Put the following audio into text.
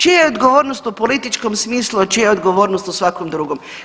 Čija je odgovornost u političkom smislu, a čija je odgovornost u svakom drugom?